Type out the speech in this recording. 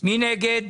מי נגד?